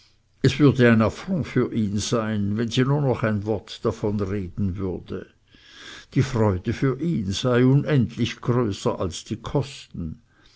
es würde ein affront für ihn sein wenn sie nur noch ein wort davon reden würde die freude für ihn sei unendlich größer als die kosten